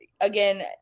again